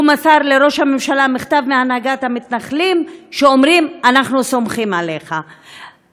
הוא מסר לראש הממשלה מכתב מהנהגת המתנחלים שאומרים: אנחנו סומכים עליך,